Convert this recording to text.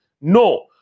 No